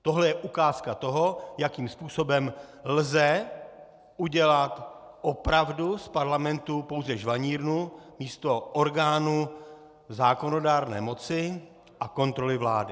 Tohle je ukázka toho, jakým způsobem lze udělat opravdu z parlamentu pouze žvanírnu místo orgánu zákonodárné moci a kontroly vlády.